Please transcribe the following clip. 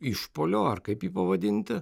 išpuolio ar kaip jį pavadinti